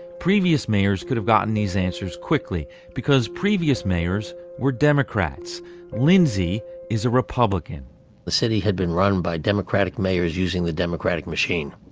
previous mayors could have gotten these answers quickly because previous mayors were democrats lindsay is a republican the city had been run by democratic mayors using the democratic machine.